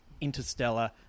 Interstellar